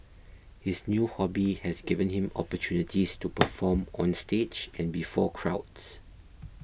his new hobby has given him opportunities to perform on stage and before crowds